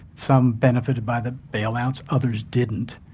some benefited by the bailouts, others didn't,